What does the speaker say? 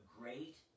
great